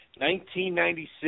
1996